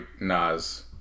Nas